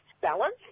balance